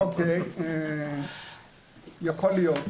אוקיי, יכול להיות.